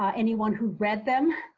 ah anyone who read them,